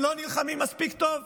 הם לא נלחמים מספיק טוב?